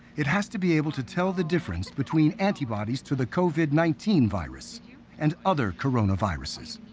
it has to be able to tell the difference between antibodies to the covid nineteen virus and other coronaviruses,